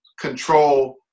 control